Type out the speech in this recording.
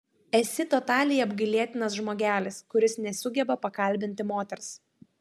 esi totaliai apgailėtinas žmogelis kuris nesugeba pakalbinti moters